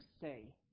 say